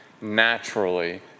naturally